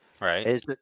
Right